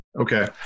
Okay